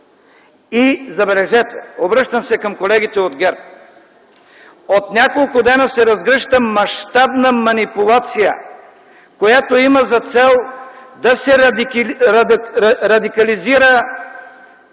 Забележете – обръщам се към колегите от ГЕРБ: от няколко дни се разгръща мащабна манипулация, която има за цел да се радикализира